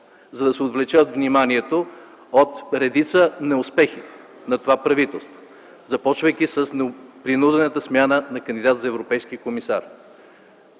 за да се отвлече вниманието от редица неуспехи на това правителство. Започвайки с принудената смяна на кандидата за европейски комисар.